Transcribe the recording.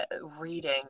reading